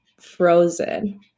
frozen